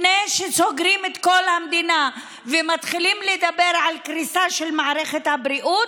לפני שסוגרים את כל המדינה ומתחילים לדבר על קריסה של מערכת הבריאות,